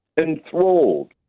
enthralled